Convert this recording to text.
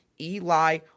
Eli